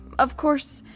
of course,